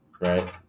right